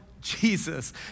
Jesus